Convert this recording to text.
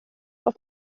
auf